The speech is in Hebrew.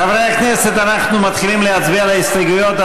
חברי הכנסת, אנחנו מתחילים להצביע על ההסתייגויות.